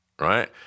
right